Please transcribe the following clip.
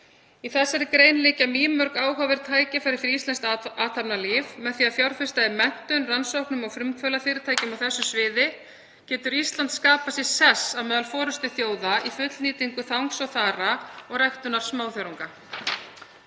Í þessari grein liggja mýmörg áhugaverð tækifæri fyrir íslenskt athafnalíf. Með því að fjárfesta í menntun, rannsóknum og frumkvöðlafyrirtækjum á þessu sviði getur Ísland skapað sér sess meðal forystuþjóða í fullnýtingu þangs og þara og ræktun smáþörunga.